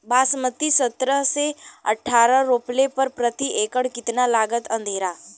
बासमती सत्रह से अठारह रोपले पर प्रति एकड़ कितना लागत अंधेरा?